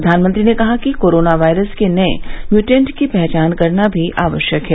प्रधानमंत्री ने कहा कि कोरोना वायरस के नये म्यूटेंट की पहचान करना भी आवश्यक है